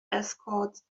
escorts